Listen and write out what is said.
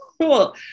cool